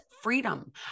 freedom